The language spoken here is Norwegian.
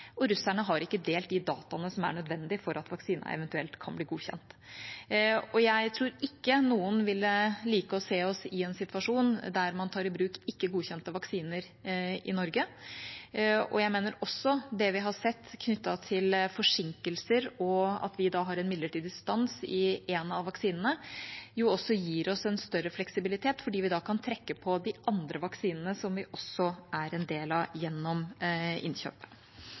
og russerne har ikke delt de dataene som er nødvendig for at vaksinen eventuelt kan bli godkjent. Jeg tror ikke noen ville like å se oss i en situasjon der man tar i bruk ikke godkjente vaksiner i Norge. Jeg mener også det vi har sett knyttet til forsinkelser og at vi har en midlertidig stans i en av vaksinene, også gir oss en større fleksibilitet, fordi vi da kan trekke på de andre vaksinene som vi også er en del av gjennom